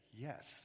yes